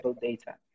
data